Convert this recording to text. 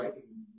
Right